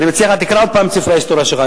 אני מציע לך שתקרא עוד פעם את ספרי ההיסטוריה שלך.